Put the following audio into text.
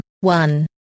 one